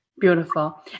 Beautiful